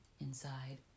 inside